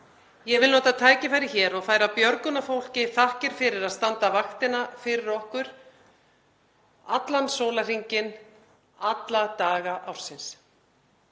Ég vil nota tækifærið hér og færa björgunarfólki þakkir fyrir að standa vaktina fyrir okkur allan sólarhringinn alla daga ársins.